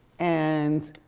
and,